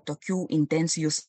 tokių intencijų